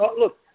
Look